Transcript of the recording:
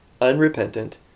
unrepentant